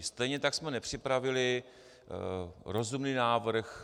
Stejně tak jsme nepřipravili rozumný návrh.